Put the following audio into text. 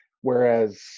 Whereas